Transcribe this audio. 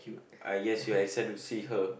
I guess you're excited to see her